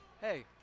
hey